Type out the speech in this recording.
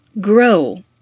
grow